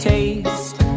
Taste